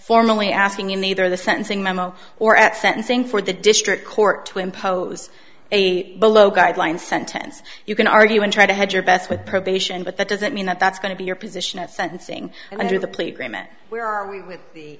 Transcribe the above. formally asking in either the sentencing memo or at sentencing for the district court to impose a below guideline sentence you can argue and try to hedge your bets with probation but that doesn't mean that that's going to be your position at sentencing and under the plea agreement where are we with the